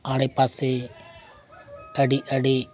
ᱟᱰᱮ ᱯᱟᱥᱮ ᱟᱹᱰᱤ ᱟᱹᱰᱤ